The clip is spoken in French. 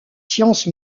sciences